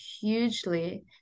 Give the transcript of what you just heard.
hugely